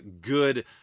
good